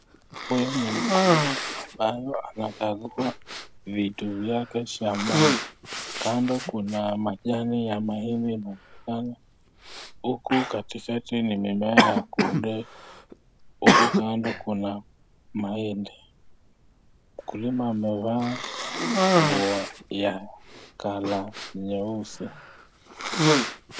Huyu ni mkulima ambaye anakagua vitu vyake shambani Kando Kuna majani ya maembe huku katikati ni mimea ya ugunde huku kando Kuna mahindi , mkulima huyu amevaa nguo ya kala nyekundu.